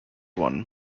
one